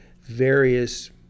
various